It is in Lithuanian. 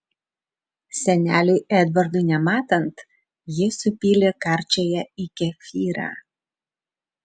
seneliui edvardui nematant ji supylė karčiąją į kefyrą